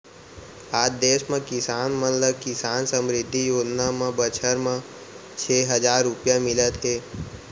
आज देस म किसान मन ल किसान समृद्धि योजना म बछर म छै हजार रूपिया मिलत हे